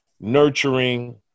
nurturing